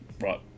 right